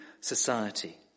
society